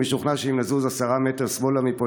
אני משוכנע שאם נזוז עשרה מטר שמאלה מפה,